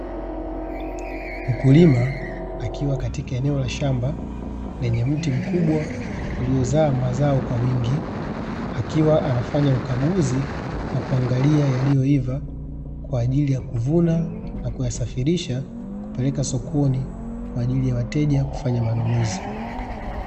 Mkulima akiwa katika eneo la shamba lenye mti mkubwa uliozaa mazao kwa wingi, akiwa anafanya ukaguzi na kuangalia yaliyo iva kwaajili ya kuvuna na kuyasafirisha, kupeleka sokoni kwaajili ya wateja kufanya manunuzi.